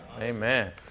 amen